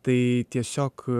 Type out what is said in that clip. tai tiesiog